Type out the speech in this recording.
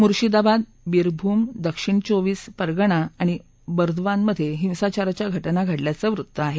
मुर्शिदाबाद बीरभूम दक्षिण चौबींस परगना आणि बर्धवानमधे हिंसाचाराच्या घटना घडल्याचं वृत्त आहे